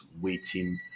waiting